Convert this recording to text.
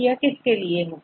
यह किसके लिए होगा